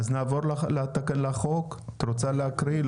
אז נעבור לחוק, את רוצה להקריא?